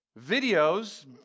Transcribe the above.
videos